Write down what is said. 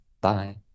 Bye